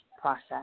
process